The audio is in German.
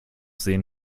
sehen